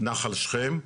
נחל שכם,